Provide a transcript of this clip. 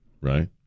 right